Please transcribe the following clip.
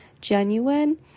genuine